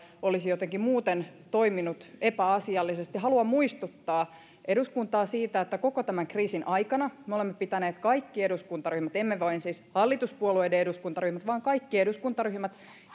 olisi jotenkin muuten toiminut epäasiallisesti haluan muistuttaa eduskuntaa siitä että koko tämän kriisin aikana me olemme pitäneet kaikki eduskuntaryhmät emme vain siis hallituspuolueiden eduskuntaryhmät vaan kaikki eduskuntaryhmät